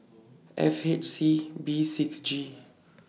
F H C B six G